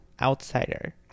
outsider